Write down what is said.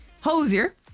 Hosier